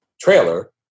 trailer